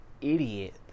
idiot